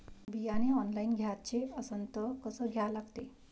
बियाने ऑनलाइन घ्याचे असन त कसं घ्या लागते?